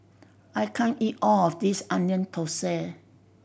I can't eat all of this Onion Thosai